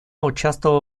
участвовала